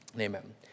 Amen